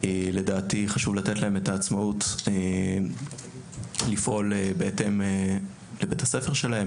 לדעתי חשוב לתת להם את העצמאות לפעול בהתאם לבית הספר שלהם.